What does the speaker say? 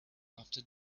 after